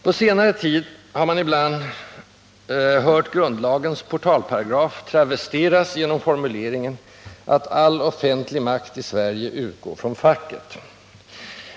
På senare tid har man ibland hört grundlagens portalparagraf travesteras genom formuleringen att ”all offentlig makt i Sverige utgår från facket”.